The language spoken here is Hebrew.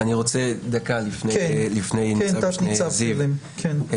אני רוצה דקה, לפני ניצב-משנה זיו -- כן,